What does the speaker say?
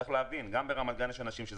צריך להבין שגם ברמת-גן יש אנשים שאם